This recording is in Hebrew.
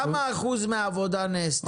כמה אחוז מהעבודה נעשה?